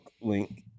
link